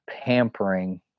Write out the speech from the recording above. pampering